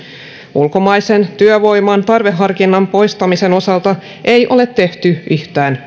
ulkomaisen työvoiman tarveharkinnan poistamisen osalta ei ole tehty yhtään